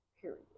Period